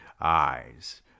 Eyes